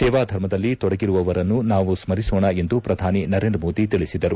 ಸೇವಾ ಧರ್ಮದಲ್ಲಿ ತೊಡಗಿರುವವರನ್ನು ನಾವು ಸ್ಗರಿಸೋಣ ಎಂದು ಪ್ರಧಾನಿ ನರೇಂದ್ರಮೋದಿ ತಿಳಿಸಿದರು